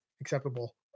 acceptable